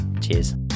Cheers